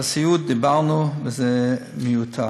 על הסיעוד דיברנו, וזה מיותר.